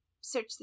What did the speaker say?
search